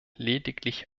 lediglich